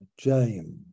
James